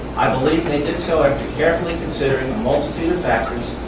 i believe they did so after carefully considering a multitude of factors,